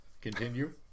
continue